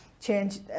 Change